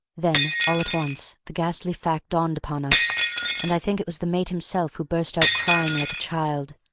then all at once the ghastly fact dawned upon us and i think it was the mate himself who burst out crying like a child.